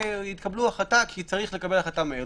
התקבלה החלטה כי צריך לקבל החלטה מהר.